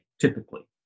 typically